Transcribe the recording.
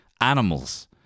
animals